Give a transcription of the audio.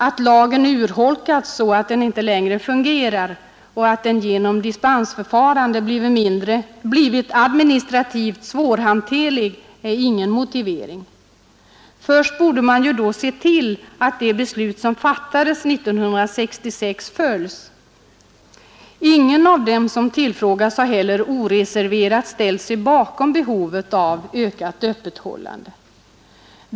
Att lagen urholkats så att den inte längre fungerar och att den genom dispensförfarande blivit administrativt svårhanterlig är ingen motivering. Först borde man ju då se till att det beslut som fattades 1966 följs. Ingen av dem som tillfrågats har heller oreserverat ställt sig bakom behovet av ökat öppethållande.